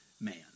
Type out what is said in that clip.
man